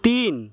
তিন